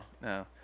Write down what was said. no